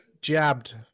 jabbed